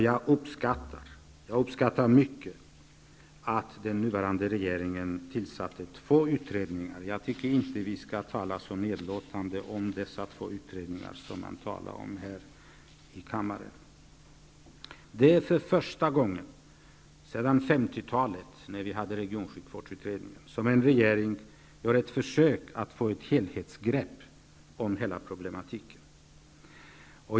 Jag uppskattar mycket att den nuvarande regeringen har tillsatt två utredningar. Jag tycker inte att vi skall tala så nedlåtande om dessa två utredningar som det görs här i kammaren. För första gången sedan 1950-talet, då utredningen om regionsjukvård genomfördes, gör en regering ett försök att få ett helhetsgrepp om hela problemet.